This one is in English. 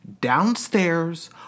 downstairs